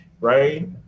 right